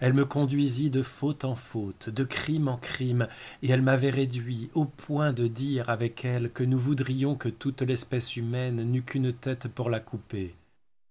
elle me conduisit de faute en faute de crime en crime et elle m'avait réduit au point de dire avec elle que nous voudrions que toute l'espèce humaine n'eut qu'une tête pour la couper